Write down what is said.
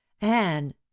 anne